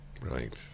Right